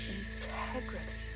integrity